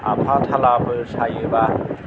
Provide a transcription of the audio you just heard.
आफा थालाफोर सायोबा